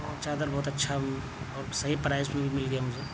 اور چادر بہت اچھا اور صحیح پرائس میں بھی مل گیا مجھے